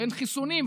ואין חיסונים.